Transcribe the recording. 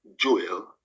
Joel